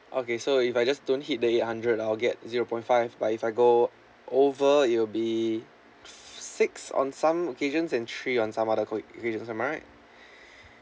okay so if I just don't hit the eight hundred I'll get zero point five but if I go over it will be six on some occasions and three on some other occa~ occasions am I right